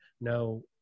no